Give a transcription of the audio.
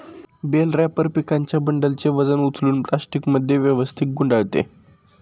bell wrapper पिकांच्या बंडलचे वजन उचलून प्लास्टिकमध्ये व्यवस्थित गुंडाळते